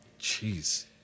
Jeez